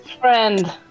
Friend